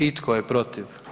I tko je protiv?